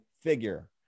figure